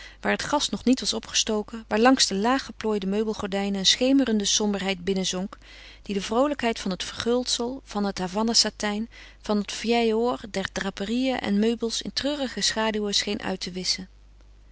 waar het gas nog niet was opgestoken waar langs de laag geplooide meubelgordijnen een schemerende somberheid binnenzonk die de vroolijkheid van het verguldsel van het havanna satijn van het vieil or der draperieën en meubels in treurige schaduwen scheen uit te wisschen